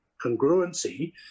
congruency